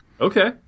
Okay